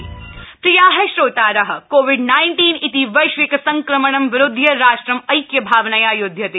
Covid आपनिंग प्रिया श्रोतार कोविड नाइन्टीन इति वैश्विक संक्रमणं विरुध्य राष्ट्रू ऐक्यभावनया यूध्यते